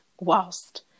whilst